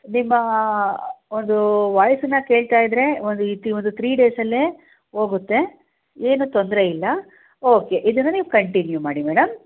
ನಿಮ್ಮ ಒಂದು ವಾಯ್ಸನ್ನು ಕೇಳ್ತಾ ಇದ್ದರೆ ಒಂದು ಇ ತ್ರೀ ಡೇಸಲ್ಲೇ ಹೋಗುತ್ತೆ ಏನು ತೊಂದರೆಯಿಲ್ಲ ಓಕೆ ಇದನ್ನು ನೀವೂ ಕಂಟಿನ್ಯೂ ಮಾಡಿ ಮೇಡಮ್